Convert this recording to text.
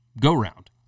go-round